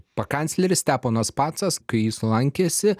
pakancleris steponas pacas kai jis lankėsi